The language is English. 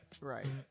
right